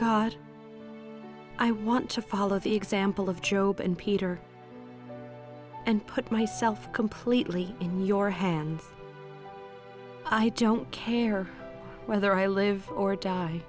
god i want to follow the example of job in peter and put myself completely in your hands i don't care whether i live or die